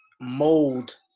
mold